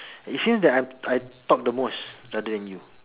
it seems that I I talk the most rather than you